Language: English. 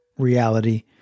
reality